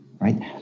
Right